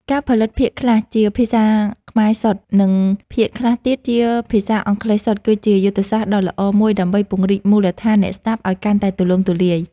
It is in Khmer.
ការផលិតភាគខ្លះជាភាសាខ្មែរសុទ្ធ និងភាគខ្លះទៀតជាភាសាអង់គ្លេសសុទ្ធគឺជាយុទ្ធសាស្ត្រដ៏ល្អមួយដើម្បីពង្រីកមូលដ្ឋានអ្នកស្តាប់ឱ្យកាន់តែទូលំទូលាយ។